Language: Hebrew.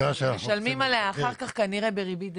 משלמים עליה אחר כך, כנראה, בריבית בריבית.